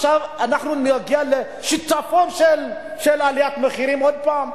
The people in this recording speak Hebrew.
שעכשיו אנחנו נגיע לשיטפון של עליית מחירים עוד פעם,